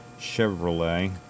Chevrolet